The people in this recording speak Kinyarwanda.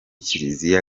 kiliziya